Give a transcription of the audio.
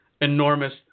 enormous